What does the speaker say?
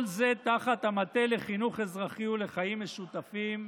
כל זה תחת המטה לחינוך אזרחי ולחיים משותפים,